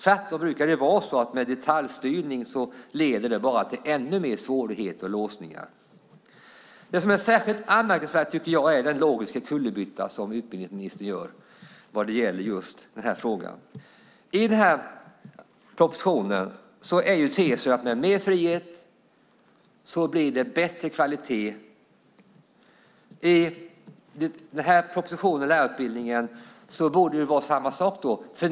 Det brukar tvärtom vara så att detaljstyrning bara leder till ännu fler svårigheter och låsningar. Det jag tycker är särskilt anmärkningsvärt är den logiska kullerbytta som utbildningsministern gör i den här frågan. I den här propositionen är tesen att med mer frihet blir det bättre kvalitet. Det borde vara samma sak i propositionen om lärarutbildningen.